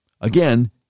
again